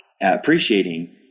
appreciating